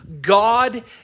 God